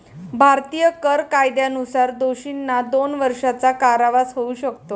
भारतीय कर कायद्यानुसार दोषींना दोन वर्षांचा कारावास होऊ शकतो